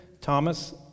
Thomas